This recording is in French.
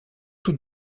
tout